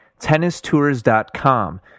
TennisTours.com